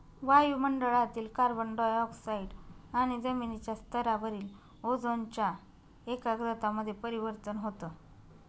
वायु मंडळातील carbon dioxide आणि जमिनीच्या स्तरावरील ओझोनच्या एकाग्रता मध्ये परिवर्तन होतं